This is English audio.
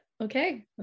Okay